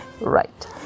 right